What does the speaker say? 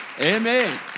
amen